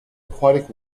aquatic